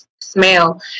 smell